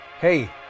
Hey